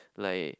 like